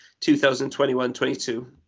2021-22